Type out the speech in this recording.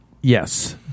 Yes